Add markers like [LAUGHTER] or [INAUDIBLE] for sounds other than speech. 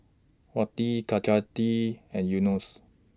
Wati [UNINTELLIGIBLE] and Yunos